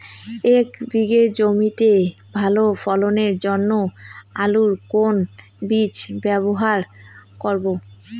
এক বিঘে জমিতে ভালো ফলনের জন্য আলুর কোন বীজ ব্যবহার করব?